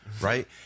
Right